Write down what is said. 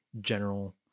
general